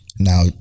now